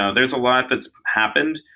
ah there's a lot that's happened.